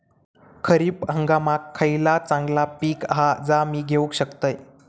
खरीप हंगामाक खयला चांगला पीक हा जा मी घेऊ शकतय?